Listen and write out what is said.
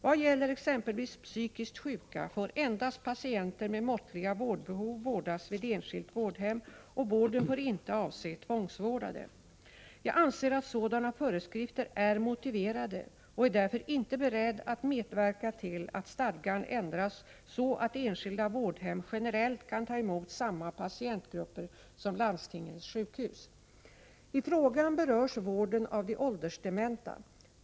Vad gäller exempelvis psykiskt sjuka får endast patienter med måttliga vårdbehov vårdas vid enskilt vårdhem, och vården får inte avse tvångsvårdade. Jag anser att sådana föreskrifter är motiverade och är därför inte beredd att medverka till att stadgan ändras så att enskilda vårdhem generellt kan ta emot samma patientgrupper som landstingens sjukhus. I frågan berörs vården av de åldersdementa.